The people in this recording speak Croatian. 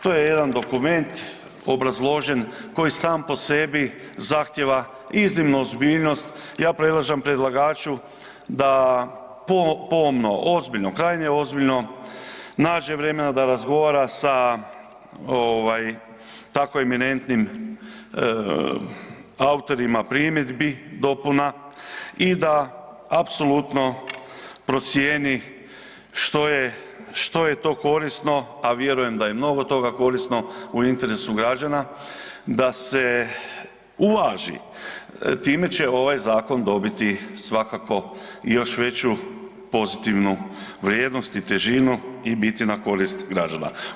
To je jedan dokument obrazložen koji sam po sebi zahtijeva i iznimnu ozbiljnost, ja predlažem predlagaču da pomno, ozbiljno, krajnje ozbiljno nađe vremena da razgovara sa tako eminentni autorima primjedbi, dopuna i da apsolutno procijeni što je, što je to korisno, a vjerujem da je mnogo toga korisno u interesu građana da se uvaži, time će ovaj zakon dobiti svakako još veću pozitivnu vrijednost i težinu i biti na korist građana.